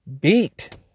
beat